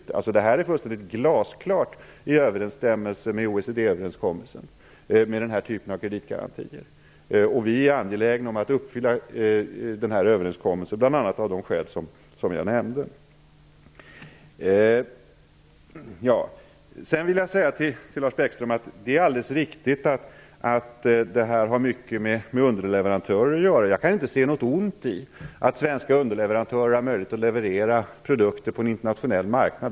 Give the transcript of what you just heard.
Denna typ av kreditgarantier är fullständigt glasklart i överensstämmelse med OECD överenskommelsen. Vi är angelägna om att uppfylla överenskommelsen bl.a. av de skäl jag nämnde. Jag vill till Lars Bäckström säga att det är alldeles riktigt att frågan har mycket med underleverantörer att göra. Jag kan inte se något ont i att svenska underleverantörer har möjlighet att leverera produkter på en internationell marknad.